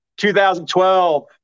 2012